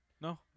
No